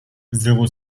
zéro